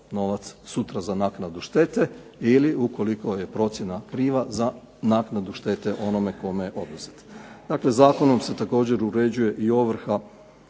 novac sutra za naknadu štete. Ili ukoliko je procjena kriva za naknadu štete onome kome je oduzeta. Dakle zakonom se također uređuje i ovrha